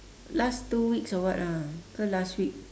last two weeks or what ah ke last week